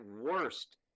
worst